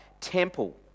temple